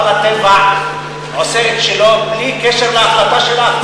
אבל הטבע עושה את שלו, בלי קשר להחלטה שלך.